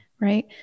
right